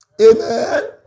amen